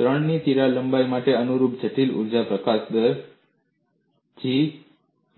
3 ની તિરાડ લંબાઈ માટે અનુરૂપ જટિલ ઊર્જા પ્રકાશન દર G B છે